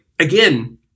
Again